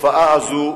התופעה הזאת,